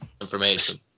information